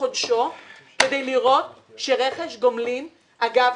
בחודשו כדי לראות שרכש גומלין אגב,